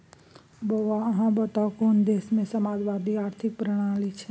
बौआ अहाँ बताउ कोन देशमे समाजवादी आर्थिक प्रणाली छै?